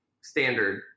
standard